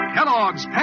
Kellogg's